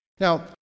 Now